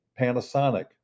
Panasonic